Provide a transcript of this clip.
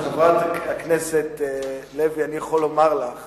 חברת הכנסת לוי, אני יכול לומר לך